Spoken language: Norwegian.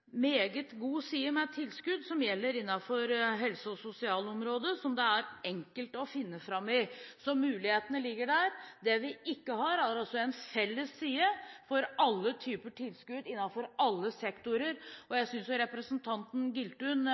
meget god side med tilskudd som gjelder innenfor helse- og sosialområdet, som det er enkelt å finne fram i, så mulighetene ligger der. Det vi ikke har, er altså en felles side for alle typer tilskudd innenfor alle sektorer. Jeg synes representanten Giltun